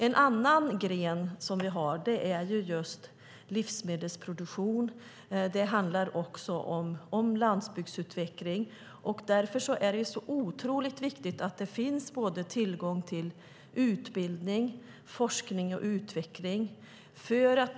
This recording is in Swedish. En annan gren vi har är just livsmedelsproduktion. Det handlar också om landsbygdsutveckling. För att stärka den arbetsmarknad vi har är det viktigt att det finns tillgång till både utbildning och forskning och utveckling.